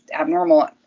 abnormal